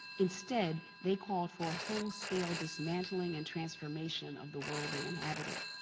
instead, they called for a whole scale dismantling and transformation of the world they inhabited.